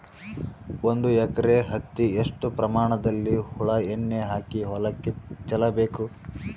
ಒಂದು ಎಕರೆ ಹತ್ತಿ ಎಷ್ಟು ಪ್ರಮಾಣದಲ್ಲಿ ಹುಳ ಎಣ್ಣೆ ಹಾಕಿ ಹೊಲಕ್ಕೆ ಚಲಬೇಕು?